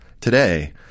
Today